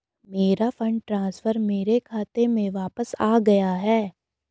मेरा fund transfer मेरे खाते में वापस आ गया है